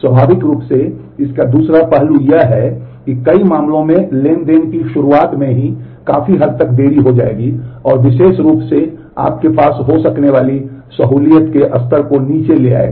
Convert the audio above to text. स्वाभाविक रूप से इसका दूसरा पहलू यह है कि कई मामलों में ट्रांज़ैक्शन की शुरुआत में काफी हद तक देरी हो जाएगी और विशेष रूप से आपके पास हो सकने वाली सहूलियत के स्तर को नीचे लाएगा